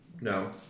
No